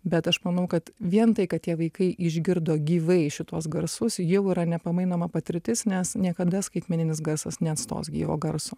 bet aš manau kad vien tai kad tie vaikai išgirdo gyvai šituos garsus jau yra nepamainoma patirtis nes niekada skaitmeninis garsas neatstos gyvo garso